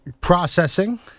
Processing